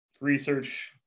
research